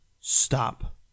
stop